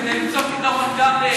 כדי למצוא פתרון גם לאלה וגם לאלה.